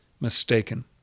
mistaken